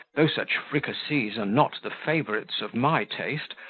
though such fricassees are not the favourites of my taste,